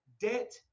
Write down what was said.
debt